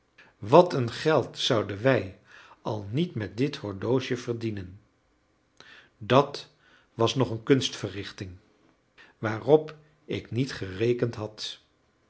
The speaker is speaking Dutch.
wat een geld zouden wij al niet met dit horloge verdienen dat was nog een kunstverrichting waarop ik niet gerekend had